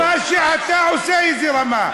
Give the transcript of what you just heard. זאת הרמה, מה שאתה עושה, איזו רמה.